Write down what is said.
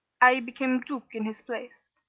i became duke in his place,